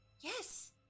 Yes